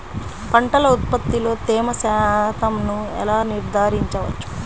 పంటల ఉత్పత్తిలో తేమ శాతంను ఎలా నిర్ధారించవచ్చు?